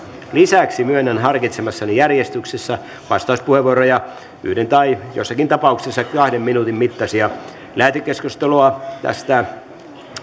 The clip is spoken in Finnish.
lisäksi myönnän harkitsemassani järjestyksessä vastauspuheenvuoroja yhden tai jossakin tapauksissa kahden minuutin mittaisia lähetekeskustelua tästä